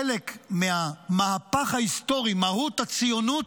חלק מהמהפך ההיסטורי, מהות הציונות,